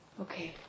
Okay